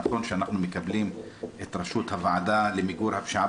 נכון שאנחנו מקבלים את ראשות הוועדה למיגור הפשיעה